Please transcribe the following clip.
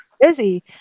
busy